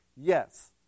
Yes